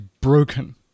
broken